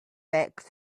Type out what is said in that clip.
back